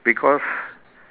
because